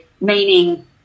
meaning